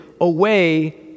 away